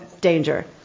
danger